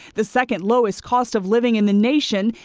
the second lowest cost of living in the nation,